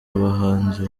bahanzi